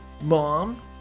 Mom